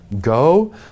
go